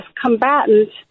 combatants